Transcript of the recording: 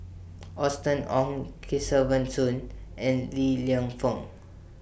Austen Ong Kesavan Soon and Li Lienfung